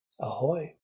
Ahoy